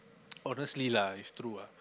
honestly lah it's true ah